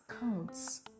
counts